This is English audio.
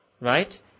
right